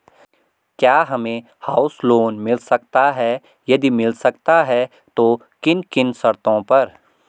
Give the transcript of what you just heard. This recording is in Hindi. क्या हमें हाउस लोन मिल सकता है यदि मिल सकता है तो किन किन शर्तों पर?